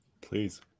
please